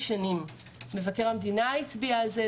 גם מבקר המדינה הצביע על זה.